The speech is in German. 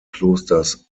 klosters